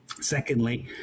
Secondly